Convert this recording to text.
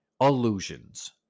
Illusions